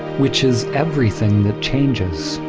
which is everything that changes.